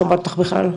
טליה: